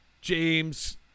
James